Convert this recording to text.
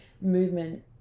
movement